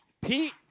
Pete